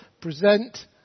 present